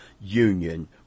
union